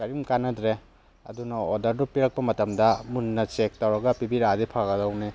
ꯀꯔꯤꯝ ꯀꯥꯅꯗ꯭ꯔꯦ ꯑꯗꯨꯅ ꯑꯣꯔꯗꯔꯗꯨ ꯄꯤꯔꯛꯄ ꯃꯇꯝꯗ ꯃꯨꯟꯅ ꯆꯦꯛ ꯇꯧꯔꯒ ꯄꯤꯕꯤꯔꯛꯑꯗꯤ ꯐꯒꯗꯕꯅꯦ